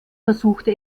versuchte